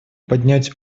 поднять